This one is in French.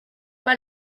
pas